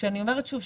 כשאני אומרת שוב,